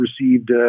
received